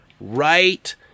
right